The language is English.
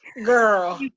Girl